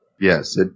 Yes